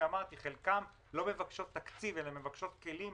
אמרתי: חלקן לא מבקשות תקציב אלא מבקשות כלים